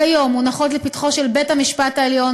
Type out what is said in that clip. כיום מונחות לפתחו של בית-המשפט העליון